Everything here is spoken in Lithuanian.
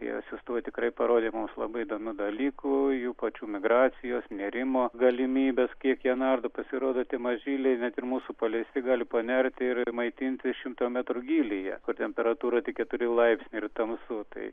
tie siųstuvai tikrai parodė mums labai įdomių dalykų jų pačių migracijos nėrimo galimybes kiek jie nardo pasirodo tie mažyliai net ir mūsų paleisti gali panerti ir maitintis šimto metrų gylyje kur temperatūra tik keturi laipsniai ir tamsu tai